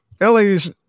ellie's